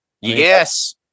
Yes